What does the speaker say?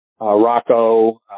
Rocco